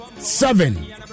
Seven